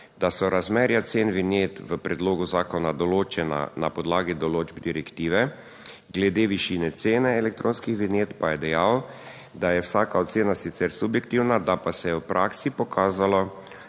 da so razmerja cen vinjet v predlogu zakona določena na podlagi določb direktive, glede višine cene elektronskih vinjet pa je dejal, da je vsaka ocena sicer subjektivna, da pa se je v praksi pokazalo,